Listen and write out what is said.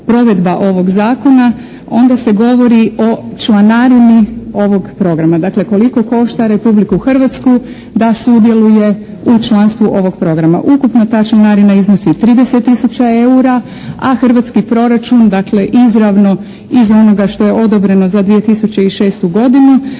provedba ovog zakona onda se govori o članarini ovog programa, dakle koliko košta Republiku Hrvatsku da sudjeluje u članstvu ovog programa. Ukupno ta članarina iznosi 30 tisuća eura, a hrvatski proračun dakle izravno iz onoga što je odobreno za 2006. godinu